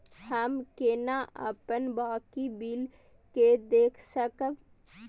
हम केना अपन बाकी बिल के देख सकब?